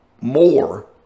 more